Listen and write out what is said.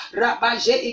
rabage